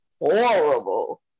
horrible